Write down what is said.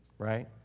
Right